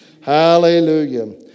Hallelujah